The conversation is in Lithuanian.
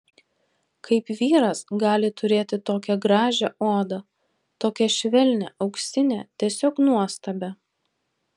kaip vyras gali turėti tokią gražią odą tokią švelnią auksinę tiesiog nuostabią